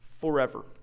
forever